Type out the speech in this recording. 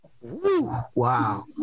Wow